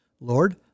Lord